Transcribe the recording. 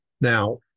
Now